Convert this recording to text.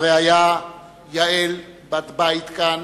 הרעיה יעל, בת בית כאן